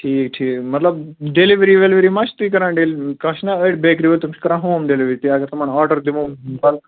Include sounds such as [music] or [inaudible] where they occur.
ٹھیٖک ٹھیٖک مطلب ڈٮ۪لؤری ولؤری ما چھِ تُہۍ کَران ڈٮ۪ل کانٛہہ چھُنہ أڑۍ بیٚکری وٲلۍ تِم چھِ کَران ہوم ڈٮ۪لؤری تُہۍ اگر تِمن آرڈر دِمو [unintelligible]